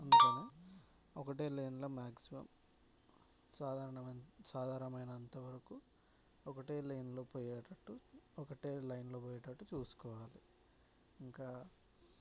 అందుకనే ఒకటే లైన్లో మాక్సిమం సాధారణమ సాధారణమైనంత వరకు ఒకటే లైన్లో పోయేటట్టు ఒకటే లైన్లో పో యేటట్టు చూసుకోవాలి ఇంకా